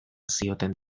zioten